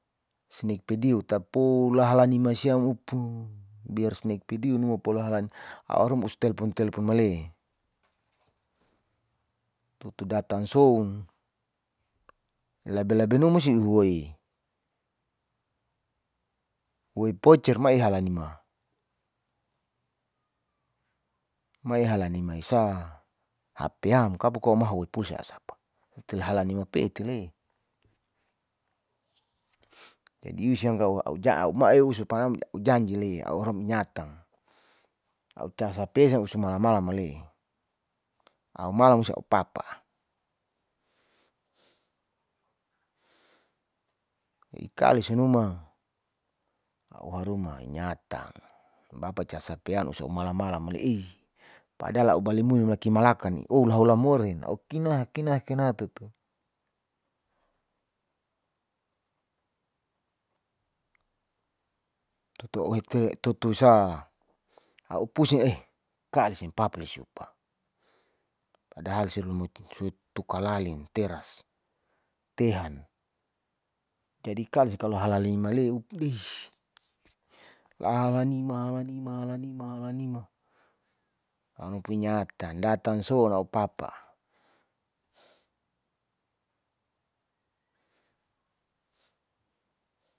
Snik pidio tapo lahala ni masiam upu biar snek pidio numa polo halan a'u rumus telpon telpon male tutu datan soun labe labe numu sihuwei pocer mai ihala nima, mai hala nima esa hapeyam kabokoa mahu ipusi asapa te hala nima pe'etile jadi usian kau a'u jau mai eu suparam a'u janji le a'u rom nyatang, a'u cas hp sampe ssu malam malam male'e a'u malam musi a'u papa ikali sinuma a'u haruma inyatang bapa cas hpanu sape malam malam mali eh, padahal a'u bali muni kimalakani olahola more a'u kina kina kina tutu tutu a'u hitere utut esa a'u pusing eh kali seng papa lesiupa, pada hal simoloit tukalaling teras tehan. Jadi kaling sikalai himale imaleu beih laha nima hala nima hala nima, amui pinyatan datan soun papa.